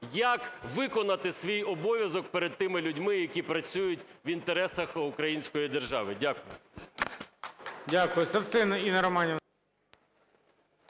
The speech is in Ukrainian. як виконати свій обов'язок перед тими людьми, які працюють в інтересах української держави. Дякую.